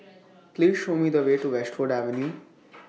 Please Show Me The Way to Westwood Avenue